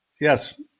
Yes